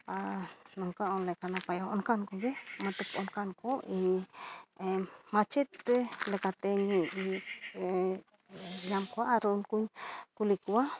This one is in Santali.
ᱱᱚᱝᱠᱟ ᱚᱞ ᱞᱮᱠᱷᱟᱱ ᱱᱟᱯᱟᱭᱚᱜᱼᱟ ᱚᱱᱠᱟᱱ ᱠᱚᱜᱮ ᱢᱚᱡᱽᱛᱮ ᱚᱱᱠᱟᱱ ᱠᱚ ᱤᱧ ᱢᱟᱪᱮᱫ ᱞᱮᱠᱟᱛᱤᱧ ᱧᱟᱢ ᱠᱚᱣᱟ ᱟᱨ ᱩᱱᱠᱩᱧ ᱠᱩᱞᱤ ᱠᱚᱣᱟ